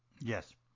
Yes